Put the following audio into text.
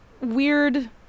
weird